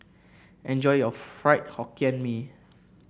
enjoy your Fried Hokkien Mee